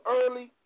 early